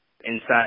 inside